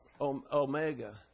omega